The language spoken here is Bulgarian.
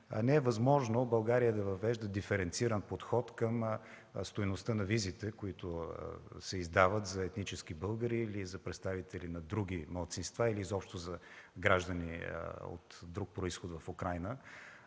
Не е възможно Българя да въвежда диференциран подход към стойността на визите, които се издават за етнически българи или за представители на други малцинства и изобщо за граждани от друг произход в Украйна.